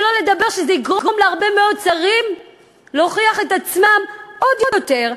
ושלא לדבר על כך שזה יגרום להרבה מאוד שרים להוכיח את עצמם עוד יותר.